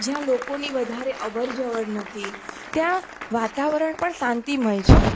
જ્યાં લોકોની જ્યાં લોકોની વધારે અવરજવર નથી ત્યાં વાતાવરણ પણ શાંતિમય છે